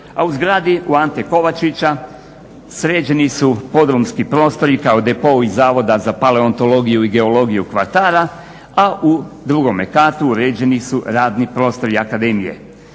a u zgradi u Ante Kovačića sređeni su podrumski prostori kao depo iz Zavoda za paleontologiju i geologiju …/Ne razumije se./…, a u drugome katu uređeni su radni prostori akademije.